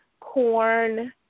corn